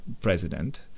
president